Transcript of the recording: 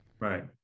right